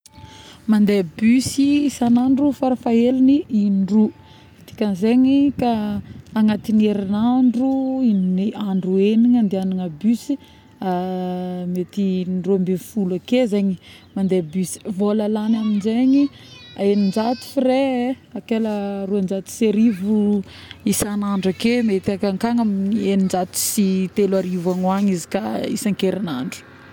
Mande bus isanandro farafaheligny in-droa agnaty herinandro andro enigny andiagnana bus˂hesitation˃ mety in-droambinifolo ake zegny mande bus, vôla lagny aminjagny enin-jato frais eo, roanjato sy arivo isan'andro ake mety ankagnikagny amin'ny enin-jato sy telo arivo agny ho agny izy ka isan-kerignandro